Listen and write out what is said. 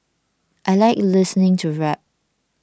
I like listening to rap